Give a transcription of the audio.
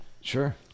Sure